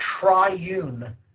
triune